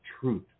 truth